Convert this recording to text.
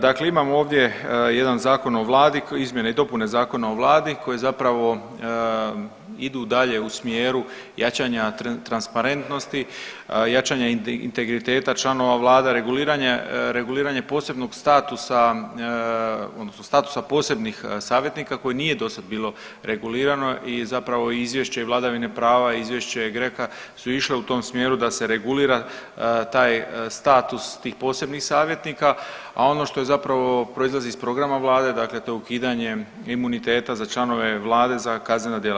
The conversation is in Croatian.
Dakle, imamo ovdje jedan Zakon o vladi, izmjene i dopune Zakona o vladi koje zapravo idu dalje u smjeru jačanja transparentnosti, jačanja integriteta članova vlada, reguliranja, reguliranje posebnog statusa odnosno statusa posebnih savjetnika koje nije dosada bilo regulirano i zapravo i izvješće vladavine prava i izvješće GRECO-a su išle u tom smjeru da se regulira taj status tih posebnih savjetnika, a ono što je zapravo proizlazi iz programa vlade dakle to je ukidanje imuniteta za članove vlade za kaznena djela.